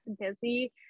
busy